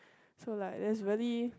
so like there's really